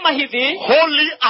holy